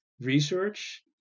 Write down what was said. research